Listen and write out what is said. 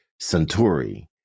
Centuri